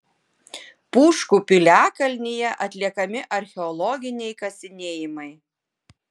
pūškų piliakalnyje atliekami archeologiniai kasinėjimai